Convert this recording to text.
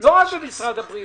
לא רק במשרד הבריאות.